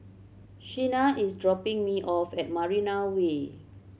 Shenna is dropping me off at Marina Way